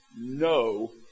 no